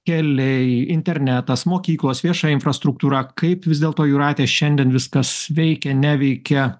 keliai internetas mokyklos vieša infrastruktūra kaip vis dėlto jūrate šiandien viskas veikia neveikia